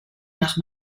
nach